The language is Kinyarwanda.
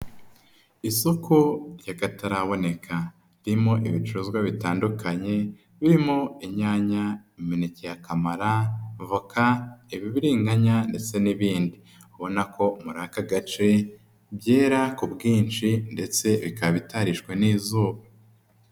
Isoko ry'akataraboneka. Ririmo ibicuruzwa bitandukanye, birimo inyanya, imeneke ya kamara, voka, ibibiririganya ndetse n'ibindi. Ubona ko muri aka gace byera ku bwinshi ndetse bikaba bitarishwe n'izuba.